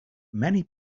many